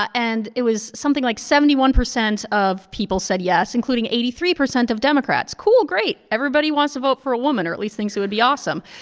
and it was something like seventy one percent of people said yes, including eighty three percent of democrats. cool. great. everybody wants to vote for a woman or at least thinks it would be awesome,